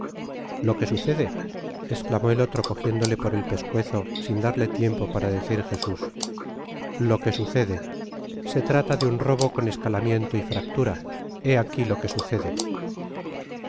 lo que sucede esclamó el otro cojiéndole por el pescuezo sin darle tiempo para decir jesus lo que sucede se trata de un robo con escalamiento y fractura he aqui lo que sucede